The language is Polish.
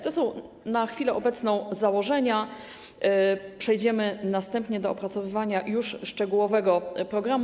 To są na chwilę obecną założenia, przejdziemy następnie do opracowywania już szczegółowego programu.